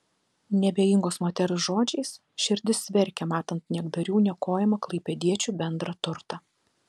neabejingos moters žodžiais širdis verkia matant niekdarių niokojamą klaipėdiečių bendrą turtą